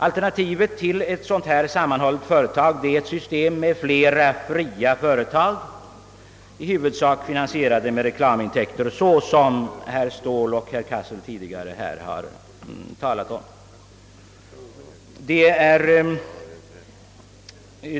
Alternativet till ett sammanhållet företag är ett system med flera fria företag, i huvudsak finansierade med reklamintäkter, såsom herr Ståhl och herr Cassel tidigare har anfört.